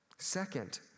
Second